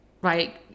right